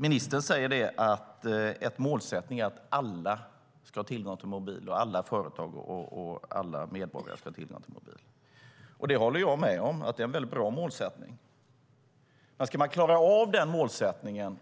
Ministern säger att en målsättning är att alla ska ha tillgång till mobil. Alla företag och alla medborgare ska ha tillgång till mobil. Det håller jag med om. Det är en väldigt bra målsättning. Men ska man klara av den målsättningen,